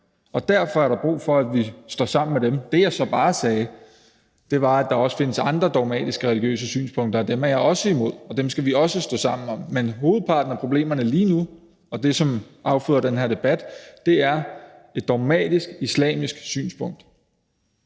og derfor er der brug for, at vi står sammen med dem. Det, jeg så bare sagde, var, at der også findes andre dogmatiske religiøse synspunkter, og dem er jeg også imod, og dem skal vi også stå sammen i forhold til. Men hovedparten af problemerne lige nu og det, som afføder den her debat, er et dogmatisk islamisk synspunkt.